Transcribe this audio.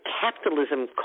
capitalism